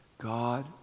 God